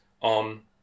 on